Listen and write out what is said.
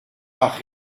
par